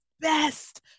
best